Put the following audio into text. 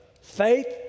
faith